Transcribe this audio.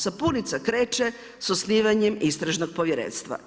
Sapunica kreće sa osnivanjem Istražnog povjerenstva.